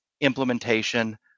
implementation